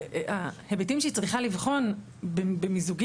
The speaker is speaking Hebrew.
ההיבטים שהיא צריכה לבחון במיזוגים,